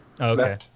okay